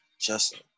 Justin